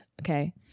Okay